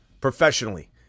professionally